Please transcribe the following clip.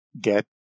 get